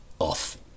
Off